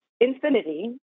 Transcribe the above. infinity